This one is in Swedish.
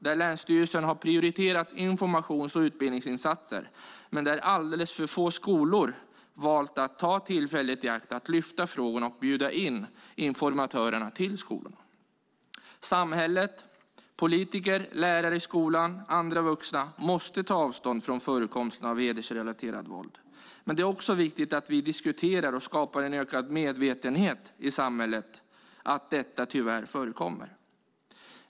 Där har länsstyrelsen prioriterat informations och utbildningsinsatser, men alldeles för få skolor har valt att ta tillfället i akt och lyfta upp de här frågorna och bjuda in informatörerna till skolorna. Samhället, politiker, lärare i skolan och andra vuxna måste ta avstånd från förekomsten av hedersrelaterat våld. Det är också viktigt att vi diskuterar och skapar en ökad medvetenhet i samhället om att detta tyvärr förekommer.